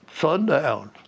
sundown